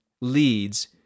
leads